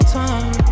time